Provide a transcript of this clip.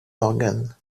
morgan